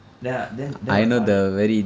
then I then then my father